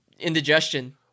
indigestion